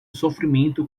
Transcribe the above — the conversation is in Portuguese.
sofrimento